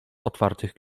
otwartych